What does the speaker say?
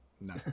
No